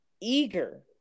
eager